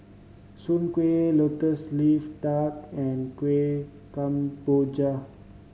Soon Kueh Lotus Leaf Duck and Kueh Kemboja